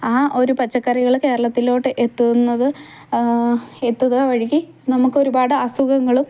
ആ ഒരു പച്ചക്കറികൾ കേരളത്തിലോട്ട് എത്തുന്നത് എത്തുകവഴി നമുക്ക് ഒരുപാട് അസുഖങ്ങളും